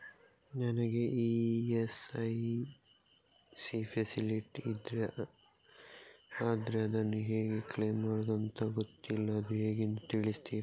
ನನಗೆ ESIC facility ಇದೆ ಆದ್ರೆ ಅದನ್ನು ಹೇಗೆ ಕ್ಲೇಮ್ ಮಾಡೋದು ಅಂತ ಗೊತ್ತಿಲ್ಲ ಅದು ಹೇಗೆಂದು ತಿಳಿಸ್ತೀರಾ?